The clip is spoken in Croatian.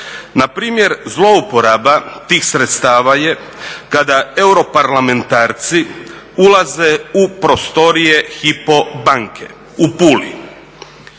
Na primjer zlouporaba tih sredstava je kada europarlamentarci ulaze u prostorije HYPO banke u Puli.